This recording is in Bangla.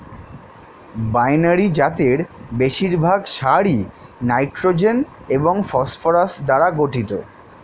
বাইনারি জাতের বেশিরভাগ সারই নাইট্রোজেন এবং ফসফরাস দ্বারা গঠিত